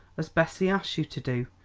as bessie asked you to do,